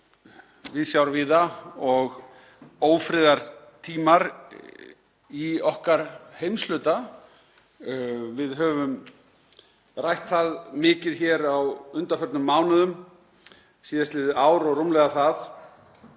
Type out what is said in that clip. viðsjár víða og ófriðartímar í okkar heimshluta, við höfum rætt það mikið hér á undanförnum mánuðum, síðastliðið ár og rúmlega það.